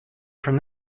from